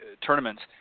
tournaments